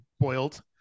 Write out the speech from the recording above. boiled